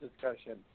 discussion